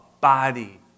body